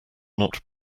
not